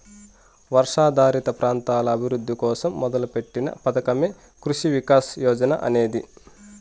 వర్షాధారిత ప్రాంతాల అభివృద్ధి కోసం మొదలుపెట్టిన పథకమే కృషి వికాస్ యోజన అనేది